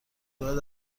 باید